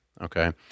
Okay